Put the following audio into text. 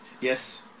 Yes